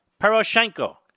Poroshenko